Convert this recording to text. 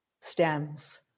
stems